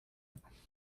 exclusives